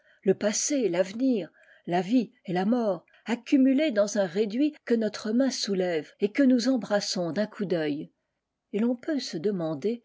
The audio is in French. le passé et l'avenir la vie et la mort accumulés dans un réduit que notre main soulève et que nous embrasions d'un coup d'œil et l'on peut se demander